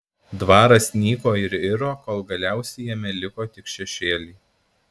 dvaras nyko ir iro kol galiausiai jame liko tik šešėliai